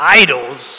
idols